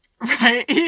Right